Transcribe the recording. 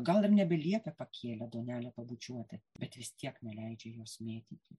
gal ir nebelieka pakėlė duonelę pabučiuoti bet vis tiek neleidžia jos mėtyti